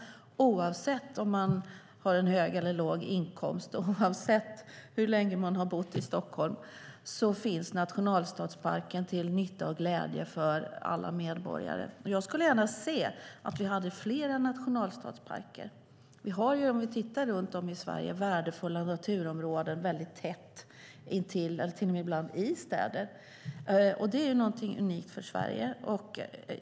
Oavsett om man har en hög eller låg inkomst och oavsett hur länge man har bott i Stockholm finns Nationalstadsparken till nytta och glädje för alla medborgare. Jag skulle gärna se att vi hade flera nationalstadsparker. Vi har värdefulla naturområden runt om i Sverige som ligger tätt intill, och till och med ibland i, städer. Det är någonting unikt för Sverige.